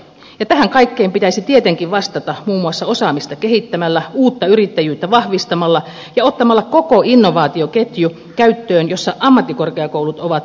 tähän kaikkeen pitäisi tietenkin vastata muun muassa osaamista kehittämällä uutta yrittäjyyttä vahvistamalla ja ottamalla käyttöön koko innovaatioketju jossa ammattikorkeakoulut ovat olennainen osa